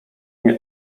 nie